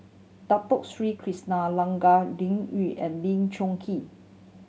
Dato Sri Krishna Liuyun and Lee Choon Kee